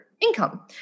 income